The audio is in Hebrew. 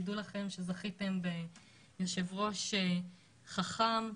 תדעו לכם שזכיתם ביושב-ראש חכם,